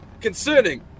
concerning